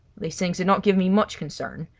these things did not give me much concern.